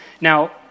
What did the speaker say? Now